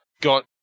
got